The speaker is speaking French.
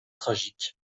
tragique